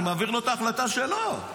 אני מעביר לו את ההחלטה שלו.